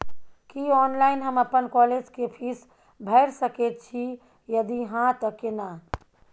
की online हम अपन college के फीस भैर सके छि यदि हाँ त केना?